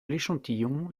l’échantillon